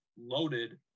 loaded